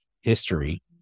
history